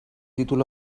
títol